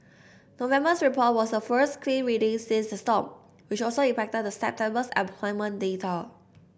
November's report was the first clean reading since the storm which also impacted the September's employment data